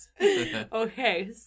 Okay